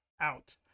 out